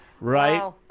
right